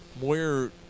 Moyer